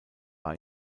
war